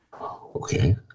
okay